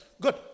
Good